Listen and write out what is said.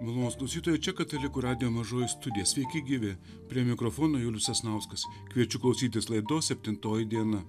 malonūs klausytojai čia katalikų radijo mažoji studija sveiki gyvi prie mikrofono julius sasnauskas kviečiu klausytis laidos septintoji diena